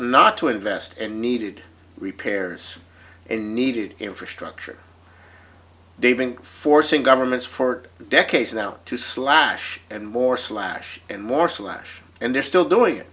not to invest and needed repairs and needed infrastructure they've been forcing governments for decades now to slash and more slash and more slash and they're still doing it